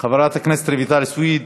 חברת הכנסת רויטל סויד,